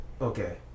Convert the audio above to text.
Okay